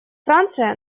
франция